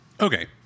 Okay